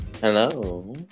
Hello